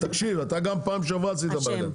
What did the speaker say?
גם בפעם שעברה עשית בלגן.